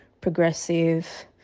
progressive